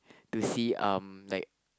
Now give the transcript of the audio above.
to see um like